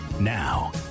Now